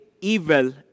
evil